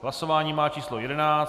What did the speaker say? Hlasování má číslo 11.